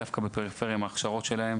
דווקא בפריפריה עם ההכשרות שלהם,